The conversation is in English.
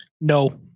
No